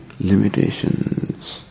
limitations